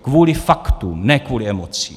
Kvůli faktům, ne kvůli emocím.